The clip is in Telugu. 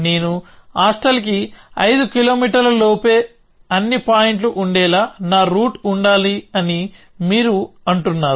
నేను హాస్టల్కి ఐదు కిలోమీటర్ల లోపే అన్ని పాయింట్లు ఉండేలా నా రూట్ ఉండాలి అని మీరు అంటున్నారు